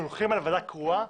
כשהולכים על ועדה קרואה,